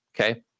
Okay